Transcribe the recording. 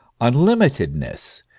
Unlimitedness